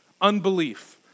unbelief